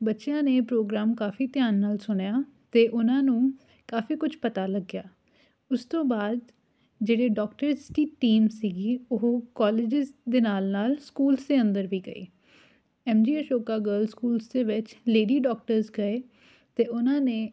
ਬੱਚਿਆਂ ਨੇ ਪ੍ਰੋਗਰਾਮ ਕਾਫੀ ਧਿਆਨ ਨਾਲ ਸੁਣਿਆ ਅਤੇ ਉਹਨਾਂ ਨੂੰ ਕਾਫੀ ਕੁਝ ਪਤਾ ਲੱਗਿਆ ਉਸ ਤੋਂ ਬਾਅਦ ਜਿਹੜੇ ਡਾਕਟਰਸ ਦੀ ਟੀਮ ਸੀਗੀ ਉਹ ਕੋਲਜਿਸ ਦੇ ਨਾਲ ਨਾਲ ਸਕੂਲਸ ਦੇ ਅੰਦਰ ਵੀ ਗਏ M G Ashoka girls school ਦੇ ਵਿੱਚ ਲੇਡੀ ਡਾਕਟਰ ਗਏ ਅਤੇ ਉਹਨਾਂ ਨੇ